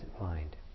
mind